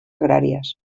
agràries